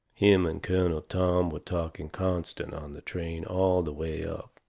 him and colonel tom were talking constant on the train all the way up.